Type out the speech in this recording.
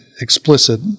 explicit